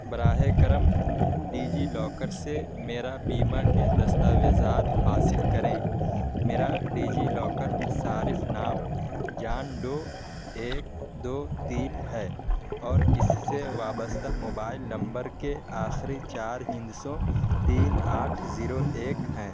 براہ کرم DigiLocker سے میرا بیمہ کے دستاویزات حاصل کریں میرا ڈیجی لاکر صارف نام جان ڈو ایک دو تین ہے اور اس سے وابستہ موبائل نمبر کے آخری چار ہندسوں تین آٹھ زیرو ایک ہیں